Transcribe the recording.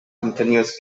continuous